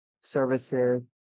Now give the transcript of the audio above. services